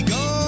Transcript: go